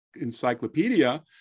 Encyclopedia